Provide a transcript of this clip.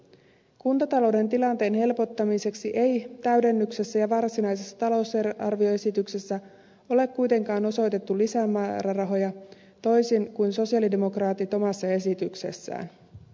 kuntatalouden tilanteen helpottamiseksi ei täydennyksessä ja varsinaisessa talousarvioesityksessä ole kuitenkaan osoitettu lisämäärärahoja toisin kuin sosialidemokraatit ovat osoittaneet omassa esityksessään